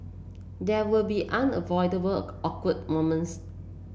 there will be unavoidable awkward moments